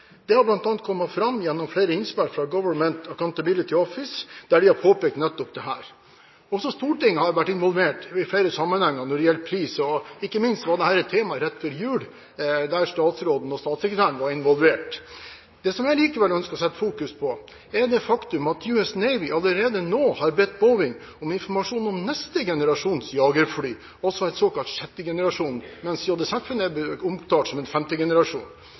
Det har bl.a. kommet fram gjennom flere innspill fra Government Accountability Office, der de har påpekt nettopp dette. Også Stortinget har vært involvert i flere sammenhenger når det gjelder pris, ikke minst var dette et tema rett før jul, da statsråden og statssekretæren var involvert. Det som jeg likevel ønsker å sette fokus på, er det faktum at US Navy allerede nå har bedt Boeing om informasjon om neste generasjons jagerfly, en såkalt sjette generasjon, mens JSF er omtalt som femte generasjon.